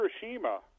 Hiroshima